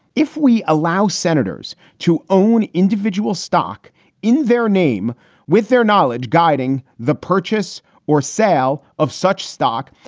if we allow senators to own individual stock in their name with their knowledge guiding the purchase or sale of such stock,